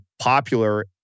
popular